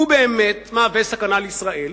הוא באמת מהווה סכנה לישראל,